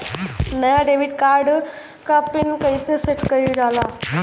नया debit card क PIN कईसे सेट कईल जाला?